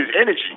energy